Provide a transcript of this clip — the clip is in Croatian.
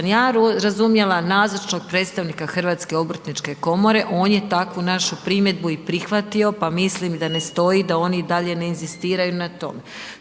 ja razumjela nazočnog predstavnika HOK-a, on je tako našu primjedbu i prihvatio pa mislim da ne stoji da oni i dalje ne inzistiraju na tom.